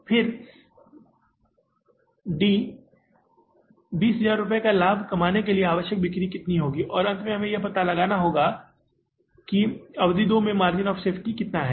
और फिर डी 20000 रुपये का लाभ कमाने के लिए आवश्यक बिक्री कितनी होगी और अंत में हमें यह पता लगाना होगा कि अवधि दो में मार्जिन ऑफ़ सेफ्टी कितना है